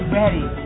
ready